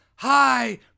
Hi